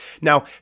Now